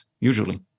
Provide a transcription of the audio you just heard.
usually